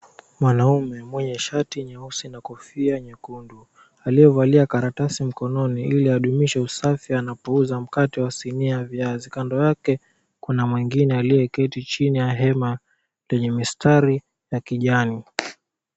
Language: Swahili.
Mwanaume mwenye shati nyeusi na kofia nyekundu aliyevalia karatasi mkononi, ili adumishe usafi anapouza mkate wa sinia na viazi, kando yake kuna mwingine aliyeketi chini ya hema yenye mistari ya kijani.